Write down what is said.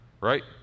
right